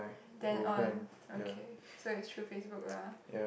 then on okay so it's through Facebook lah